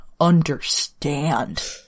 understand